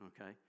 okay